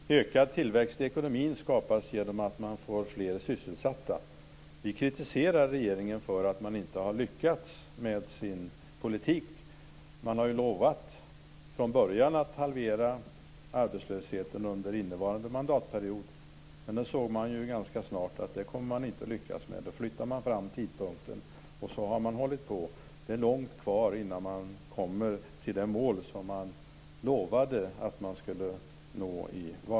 Herr talman! Ökad tillväxt i ekonomin skapas genom att man får fler sysselsatta. Vi kritiserar regeringen för att man inte har lyckats med sin politik. Man har från början lovat att halvera arbetslösheten under innevarande mandatperiod. Men det syntes snart att man inte skulle lyckas med det. Då flyttades tidpunkten fram, och så har man hållit på. Det är långt kvar innan man kommer fram till det mål man lovade att nå i valrörelsen.